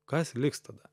kas liks tada